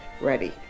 ready